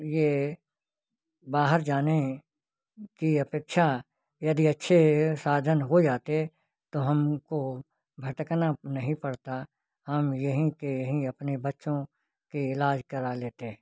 यह बाहर जाने की अपेक्षा यदि अच्छे सार्जन हो जाते तो हमको भटकना नहीं पड़ता हम यहीं के यहीं अपने बच्चों का इलाज करा लेते